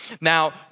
Now